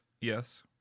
Yes